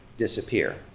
disappear?